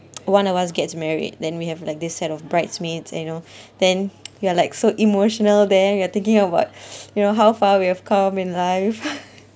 one of us gets married then we have like this set of bridesmaids and you know then you are like so emotional there you're thinking about you know how far we've come in life